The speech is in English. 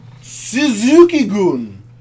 Suzuki-gun